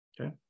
Okay